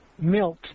milk